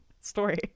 story